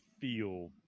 feel